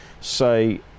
say